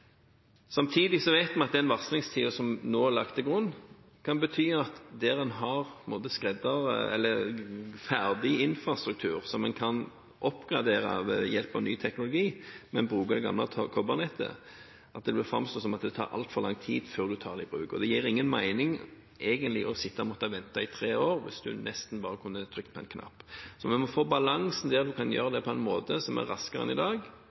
Samtidig vet vi at den varslingstiden som nå er lagt til grunn, kan bety at en har ferdig infrastruktur som en kan oppgradere ved hjelp av ny teknologi, men ved å bruke det gamle kobbernettet, vil det framstå som at det vil ta altfor lang tid før en tar det i bruk. Det gir egentlig ingen mening å måtte sitte og vente i tre år hvis en nesten bare kunne trykket på en knapp. Så vi må få til balansen slik at en kan gjøre det på en måte som er raskere enn i dag,